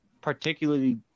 particularly